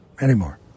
anymore